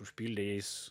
užpildė jais